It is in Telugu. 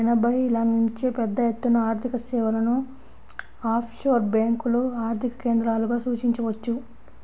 ఎనభైల నుంచే పెద్దఎత్తున ఆర్థికసేవలను ఆఫ్షోర్ బ్యేంకులు ఆర్థిక కేంద్రాలుగా సూచించవచ్చు